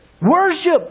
Worship